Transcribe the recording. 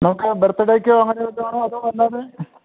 നമുക്ക് ബർത്ത്ഡേയ്ക്ക് അങ്ങനെ വല്ലതും ആണോ അതോ അല്ലാതെ